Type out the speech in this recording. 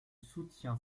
soutien